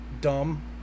dumb